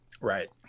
Right